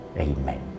Amen